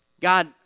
God